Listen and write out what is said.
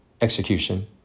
execution